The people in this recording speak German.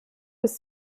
des